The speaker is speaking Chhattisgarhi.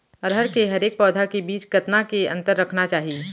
अरहर के हरेक पौधा के बीच कतना के अंतर रखना चाही?